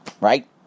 right